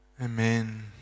Amen